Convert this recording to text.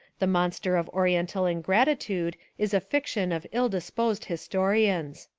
the monster of oriental ingratitude is a fiction of ill-disposed historians.